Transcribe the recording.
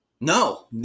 No